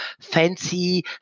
fancy